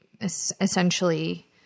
essentially